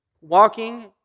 walking